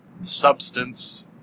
substance